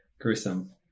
gruesome